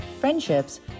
friendships